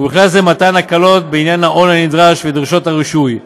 ובכלל זה מתן הקלות בעניין ההון הנדרש ודרישות הרישוי.